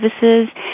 Services